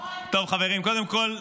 קודם כול,